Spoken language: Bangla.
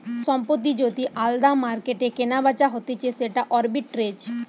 সম্পত্তি যদি আলদা মার্কেটে কেনাবেচা হতিছে সেটা আরবিট্রেজ